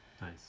nice